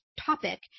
topic